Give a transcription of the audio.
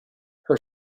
her